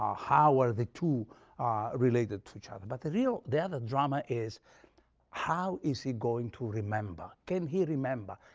ah how are the two related to each other? but the real the other drama is how is he going to remember? can he remember?